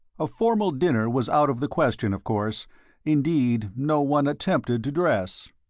a formal dinner was out of the question, of course indeed, no one attempted to dress.